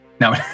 No